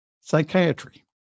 Psychiatry